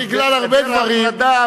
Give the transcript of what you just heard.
זה בגלל הרבה דברים.